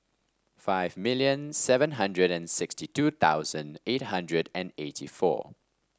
five million seven hundred and sixty two thousand eight hundred and eighty four